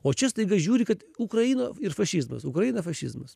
o čia staiga žiūri kad ukraina ir fašizmas ukraina fašizmas